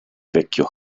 vecchio